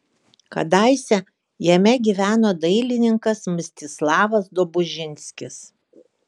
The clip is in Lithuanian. kadaise jame gyveno dailininkas mstislavas dobužinskis